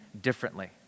differently